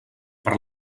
per